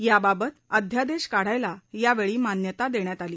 या बाबत अध्यादेश काढण्यास या वेळी मान्यता देण्यात आली